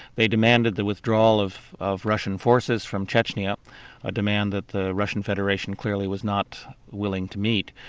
they demanded the withdrawal of of russian forces from chechnya a demand that the russian federation clearly was not willing to meet.